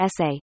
essay